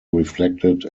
reflected